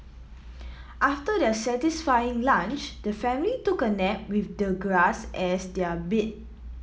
after their satisfying lunch the family took a nap with the grass as their bed